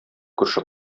күрше